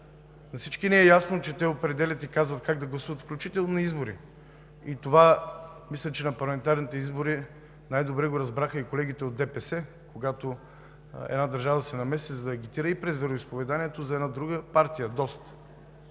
На всички ни е ясно, че те определят и казват как да гласуват, включително и на избори. Мисля, че на парламентарните избори това най-добре го разбраха и колегите от ДПС, когато една държава се намеси, за да агитира и през вероизповеданието за една друга партия –